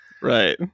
Right